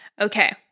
Okay